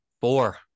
Four